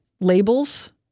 labels